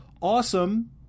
Awesome